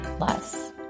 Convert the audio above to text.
less